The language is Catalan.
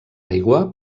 aigua